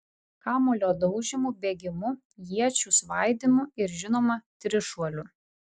kamuolio daužymu bėgimu iečių svaidymu ir žinoma trišuoliu